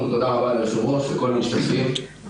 קודם כל תודה רבה ליושב-ראש ולכל מי שהגיע לדיון.